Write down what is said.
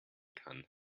kann